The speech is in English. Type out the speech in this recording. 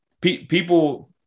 People